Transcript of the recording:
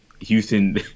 Houston